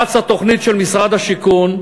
רצה תוכנית של משרד השיכון,